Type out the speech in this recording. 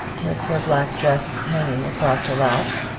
with her black dress hanging across her lap,